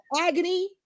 agony